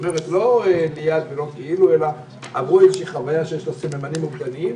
כלומר לא ליד ולא כאילו אלא עברו איזו חוויה שיש לה סממנים אובדניים.